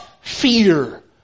fear